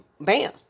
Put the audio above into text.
bam